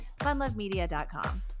funlovemedia.com